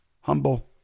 humble